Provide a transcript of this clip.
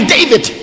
David